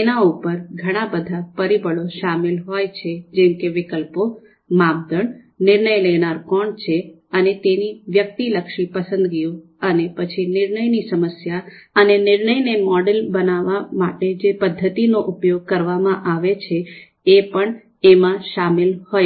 એના ઉપર ઘણા બધા પરિબળો શામેલ હોય છે જેમકે વિકલ્પો માપદંડ નિર્ણય લેનાર કોણ છે અને તેમની વ્યક્તિલક્ષી પસંદગીઓ અને પછી નિર્ણય ની સમસ્યા અને નિર્ણયને મોડેલ બનાવવા માટે જે પદ્ધતિનો ઉપયોગ કરવામાં માં આવે છે એ પણ એમાં શામિલ હોય છે